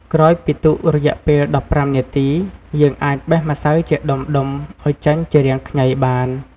ក្រោយពីទុករយៈពេល១៥នាទី យើងអាចបេះម្សៅជាដុំៗឱ្យចេញជារាងខ្ញីបាន។